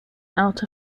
out